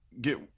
get